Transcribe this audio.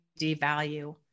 devalue